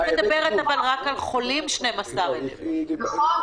היא מדברת רק על חולים 12,000. נכון,